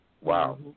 Wow